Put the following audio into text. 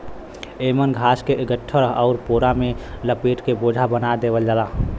एमन घास के गट्ठर आउर पोरा में लपेट के बोझा बना देवल जाला